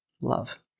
Love